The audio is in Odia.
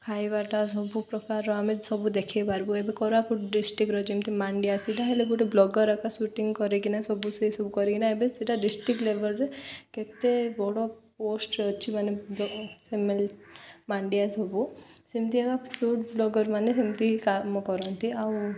ଖାଇବାଟା ସବୁ ପ୍ରକାରର ଆମେ ସବୁ ଦେଖେଇପାରିବୁ ଏବେ କରାପୁଟ ଡିଷ୍ଟ୍ରିକ୍ଟର ଯେମିତି ମାଣ୍ଡିଆ ସେଇଟା ହେଲେ ଗୋଟେ ବ୍ଲଗର୍ ଏକା ସୁଟିଂ କରିକିନା ସବୁ ସେସବୁ କରିକିନା ଏବେ ସେଇଟା ଡିଷ୍ଟ୍ରିକ୍ଟ ଲେବଲରେ କେତେ ବଡ଼ ପୋଷ୍ଟ ଅଛି ମାନେ ସେ ମାଣ୍ଡିଆ ସବୁ ସେମିତି ଏକା ଫୁଡ଼୍ ବ୍ଲଗର୍ ମାନେ ସେମିତି କାମ କରନ୍ତି ଆଉ